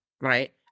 right